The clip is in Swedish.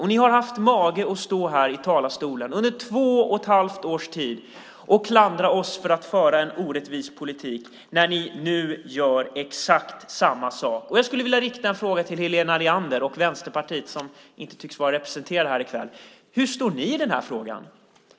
Och ni har haft mage att stå här i talarstolen under två och ett halvt års tid och klandra oss för att föra en orättvis politik, när ni nu gör exakt det. Jag skulle vilja rikta en fråga till Helena Leander och Vänsterpartiet, som inte tycks vara representerat här i kväll: Hur ställer ni er i den här frågan?